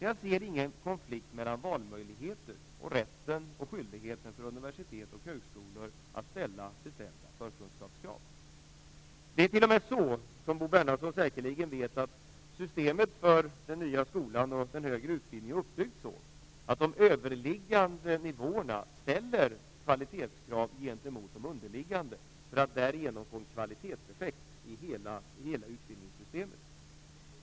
Jag ser ingen konflikt mellan valmöjligheter och rätten och skyldigheten för universitet och högskolor att ställa bestämda förkunskapskrav. Som Bo Bernhardsson säkerligen vet är systemet för den nya skolan och den högre utbildningen uppbyggt så, att de överliggande nivåerna ställer kvalitetskrav gentemot de underliggande, för att därigenom få en kvalitetseffekt i hela utbildningssystemet.